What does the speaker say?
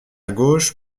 gauche